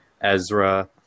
Ezra